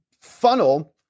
funnel